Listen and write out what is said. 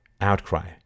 outcry